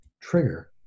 trigger